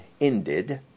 ended